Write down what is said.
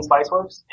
Spiceworks